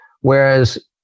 whereas